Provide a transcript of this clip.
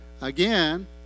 Again